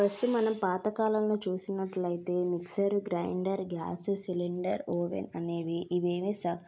first మనం పాతకాలంలో చూసినట్లయితే mixer grinder gas cylinder oven అనేవి ఇవేమి స